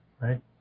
Right